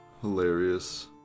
Hilarious